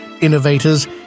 innovators